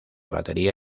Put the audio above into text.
batería